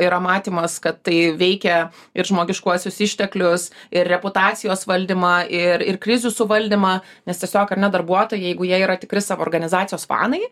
yra matymas kad tai veikia ir žmogiškuosius išteklius ir reputacijos valdymą ir ir krizių suvaldymą nes tiesiog ar ne darbuotojai jeigu jie yra tikri savo organizacijos fanai